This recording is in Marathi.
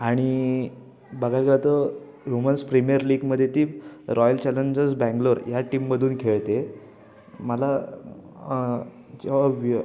आणि बघायला गेलं तर वुमन्स प्रिमियर लीगमध्ये ती रॉयल चॅलेंजस बँगलोर या टीममधून खेळते मला जेव्हा व्य